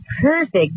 Perfect